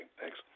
Thanks